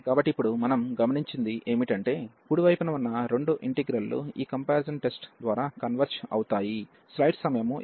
కాబట్టి ఇప్పుడు మనం గమనించినది ఏమిటంటే కుడి వైపున ఉన్న రెండు ఇంటిగ్రల్ లు ఈ కంపారిజాన్ టెస్ట్ ద్వారా కన్వెర్జ్ అవుతాయి